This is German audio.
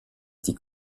die